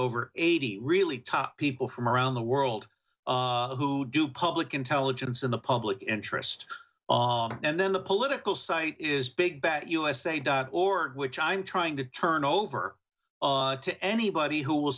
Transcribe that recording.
over eighty really top people from around the world who do public intelligence in the public interest and then the political site is big that usa dot org which i'm trying to turn over to anybody who will